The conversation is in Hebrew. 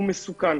הוא מסוכן,